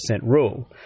rule